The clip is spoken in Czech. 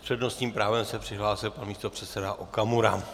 S přednostním právem se přihlásil pan místopředseda Okamura.